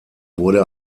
wurde